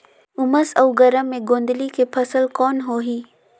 उमस अउ गरम मे गोंदली के फसल कौन होही?